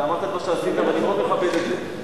אתה אמרת פה שעשית, ואני מאוד מכבד את זה.